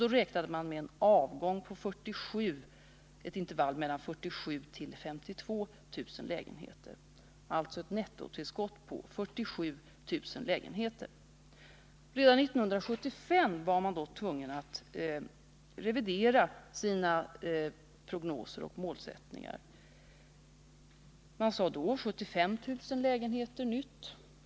Då räknade man med en avgång på 47 000-52 000 lägenheter per år. Nettotillskottet skulle alltså bli ca 47 000 lägenheter. Redan 1975 var man dock tvungen att revidera sina prognoser och målsättningar. Man räknade då med 75 000 nya lägenheter per år.